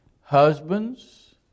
Husbands